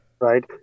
Right